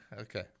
okay